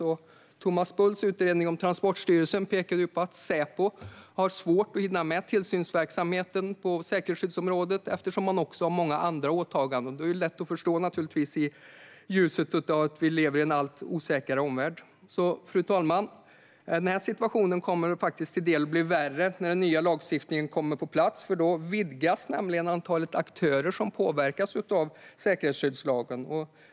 Thomas Bulls utredning om Transportstyrelsen pekade på att Säpo har svårt att hinna med tillsynsverksamheten på säkerhetsskyddsområdet eftersom man också har många andra åtaganden. Det är naturligtvis lätt att förstå i ljuset av att vi lever i en allt osäkrare omvärld. Fru talman! Den här situationen kommer till viss del att bli värre när den nya lagstiftningen kommer på plats, för då vidgas antalet aktörer som påverkas av säkerhetsskyddslagen.